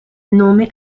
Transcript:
nome